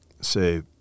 say